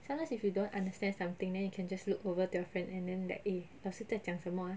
sometimes if you don't understand something then you can just look over to your friend and then like eh 老师在讲什么 ah